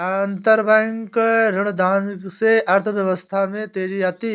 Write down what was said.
अंतरबैंक ऋणदान से अर्थव्यवस्था में तेजी आती है